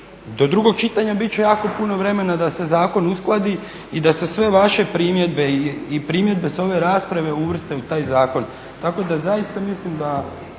Do drugog čitanja bit će jako puno vremena da se zakon uskladi i da se sve vaše primjedbe i primjedbe sa ove rasprave uvrste u taj zakon. Tako da zaista mislim da